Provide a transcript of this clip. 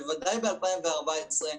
ודאי ב-2014.